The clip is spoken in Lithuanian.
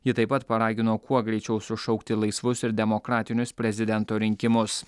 ji taip pat paragino kuo greičiau sušaukti laisvus ir demokratinius prezidento rinkimus